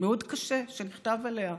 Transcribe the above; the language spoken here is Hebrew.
מאוד קשה שנכתב עליה.